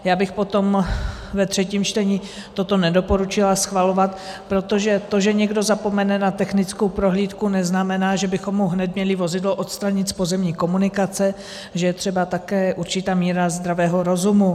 Já bych potom ve třetím čtení toto nedoporučila schvalovat, protože to, že někdo zapomene na technickou prohlídku, neznamená, že bychom mu měli hned vozidlo odstranit z pozemní komunikace; že je třeba také určitá míra zdravého rozumu.